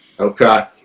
Okay